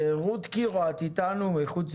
רות קירו, המשרד להגנת